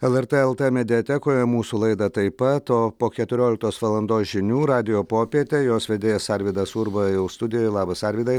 lrt lt mediatekoje mūsų laidą taip pat o po keturioliktos valandos žinių radijo popietė jos vedėjas arvydas urba jau studijoje labas arvydai